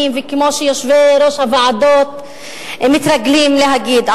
וכמו שיושבי-ראש הוועדות מתרגלים להגיד,